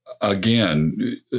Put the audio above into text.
Again